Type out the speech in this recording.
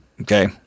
Okay